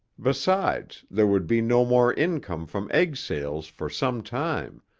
besides, there would be no more income from egg sales for some time,